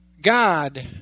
God